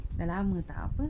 dah lama tak apa